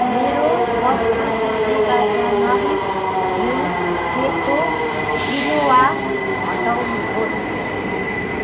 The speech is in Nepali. मेरो वस्तु सूचीबाट नोरिस यू सेतो क्विनोआ हटाउनुहोस्